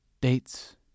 dates